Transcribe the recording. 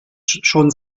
schon